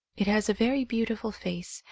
it has a very beautiful face,